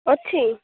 ଅଛି